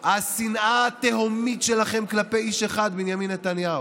השנאה התהומית שלכם כלפי איש אחד: בנימין נתניהו.